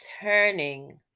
turning